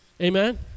Amen